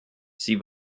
sie